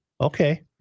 Okay